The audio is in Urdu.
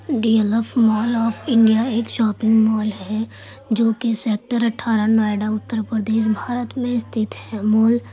D L F mall of India ایک شاپنگ مال ہے جو کہ سیکٹر اٹھارہ نوئیڈا اتر پردیش بھارت میں استتھ ہے مال